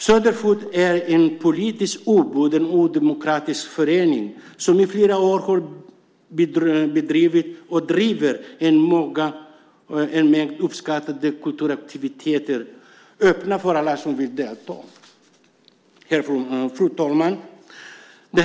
Södra Fot är en politiskt obunden och demokratisk förening som i flera år har bedrivit och bedriver en mängd uppskattade kulturaktiviteter - öppna för alla som vill delta. Fru talman!